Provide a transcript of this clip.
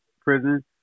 prison